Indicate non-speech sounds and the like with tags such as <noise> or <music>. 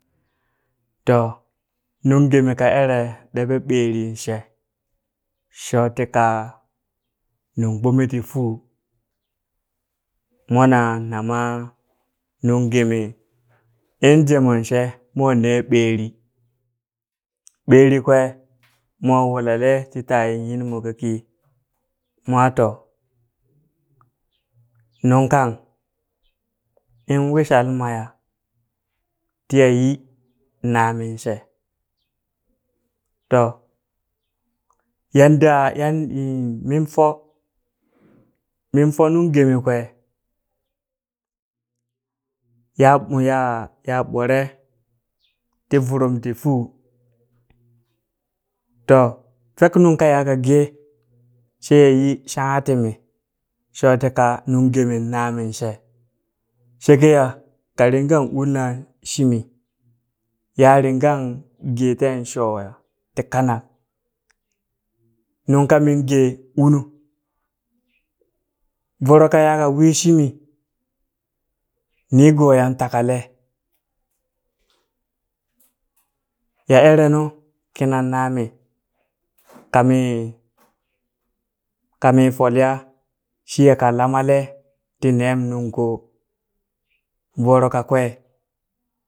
Toh nung geme ka ere ɗeɓe ɓerin she shotika nung gbome ti fu mwana nama nung geme in jemon she mo ne ɓeri, <noise> ɓeri kwe mo wulale ti taye nyinmo kaki mwa to nung kan in wushal maya tiya yi namin she to yanda ya <hesitation> minfo minfo nung geme kwe ya <hesitation> ya ya ɓore ti vurum ti fu to fek nungka yaka ge tiya yi shangha timi shotika nung gemen namin she, shekeya ka ringan ulna shimi ya ringan geten shoya ti kanak nung kamin ge unu voro kaya wi shimi nigoyan takale <noise> ya erenu kinan nami <noise> kami <noise> kami folya shiya ka lamale ti nem nung ko voro kakwe